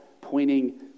pointing